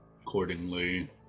accordingly